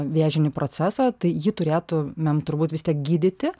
vėžinį procesą tai jį turėtumėm turbūt vis tiek gydyti